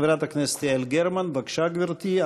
חברת הכנסת יעל גרמן, בבקשה, גברתי.